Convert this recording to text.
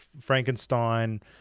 Frankenstein